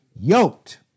Yoked